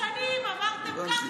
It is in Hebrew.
כמה